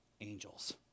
angels